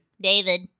David